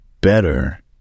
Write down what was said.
better